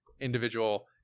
individual